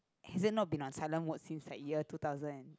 has it not been on silent mode since like year two thousand and